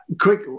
Quick